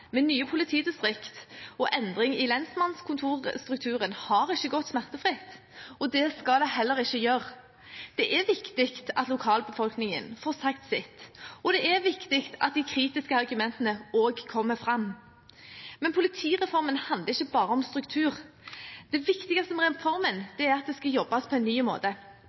med nye politidistrikter og endring i lensmannskontorstrukturen, har ikke gått smertefritt, og det skal det heller ikke gjøre. Det er viktig at lokalbefolkningen får sagt sitt, og det er viktig at også de kritiske argumentene kommer fram. Men politireformen handler ikke bare om struktur. Det viktigste med reformen er at det skal jobbes på en ny måte.